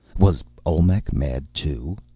was olmec mad, too?